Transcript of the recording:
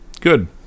Good